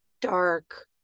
dark